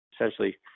essentially